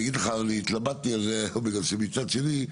התלבטתי על זה בגלל שמצד שני,